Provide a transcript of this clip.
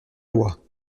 loi